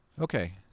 Okay